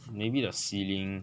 maybe the ceiling